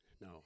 no